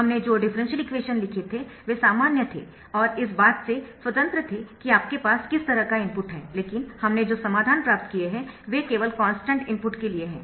हमने जो differential equation लिखे थे वे सामान्य थे और इस बात से स्वतंत्र थे कि आपके पास किस तरह का इनपुट है लेकिन हमने जो समाधान प्राप्त किए है वे केवल कॉन्स्टन्ट इनपुट के लिए है